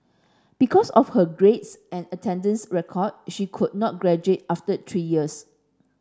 because of her grades and attendance record she could not graduate after three years